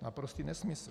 Naprostý nesmysl.